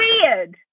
weird